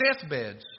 deathbeds